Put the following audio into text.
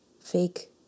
fake